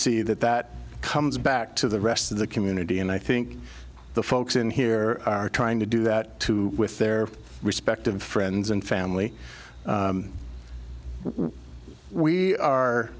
see that that comes back to the rest of the community and i think the folks in here are trying to do that with their respective friends and family we are